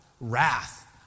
wrath